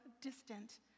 distant